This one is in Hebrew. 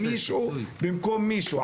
מישהו במקום מישהו.